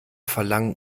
verlangen